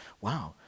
wow